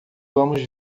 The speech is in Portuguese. vamos